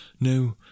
no